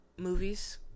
movies